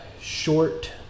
short